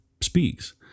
speaks